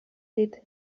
dit